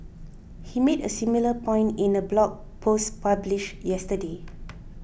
he made a similar point in a blog post published yesterday